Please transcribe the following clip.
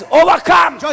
overcome